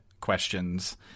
questions